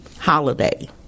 holiday